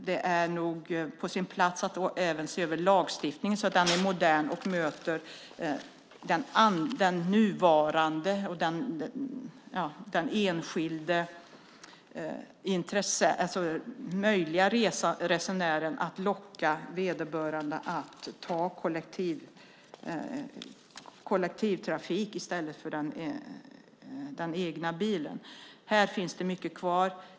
Det är nog på sin plats att se över lagstiftningen så att den är modern, möter den möjlige resenären och lockar vederbörande att ta kollektivtrafik i stället för den egna bilen. Här finns det mycket kvar.